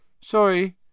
sorry